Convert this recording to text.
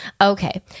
Okay